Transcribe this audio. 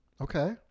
Okay